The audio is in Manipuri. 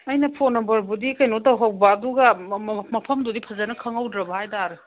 ꯑꯩꯅ ꯐꯣꯟ ꯅꯝꯕꯔꯕꯨꯗꯤ ꯀꯩꯅꯣ ꯇꯧꯍꯧꯕ ꯑꯗꯨꯒ ꯃꯐꯝꯗꯨꯗꯤ ꯐꯅꯖ